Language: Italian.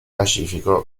pacifico